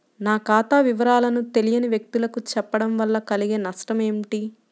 నా ఖాతా వివరాలను తెలియని వ్యక్తులకు చెప్పడం వల్ల కలిగే నష్టమేంటి?